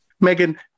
Megan